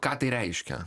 ką tai reiškia